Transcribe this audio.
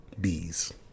bees